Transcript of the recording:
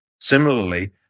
Similarly